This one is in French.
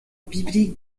biblique